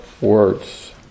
words